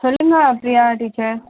சொல்லுங்கள் ப்ரியா டீச்சர்